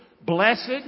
Blessed